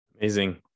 Amazing